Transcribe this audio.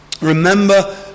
Remember